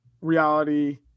reality